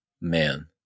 man